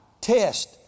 test